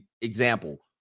example